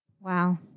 Wow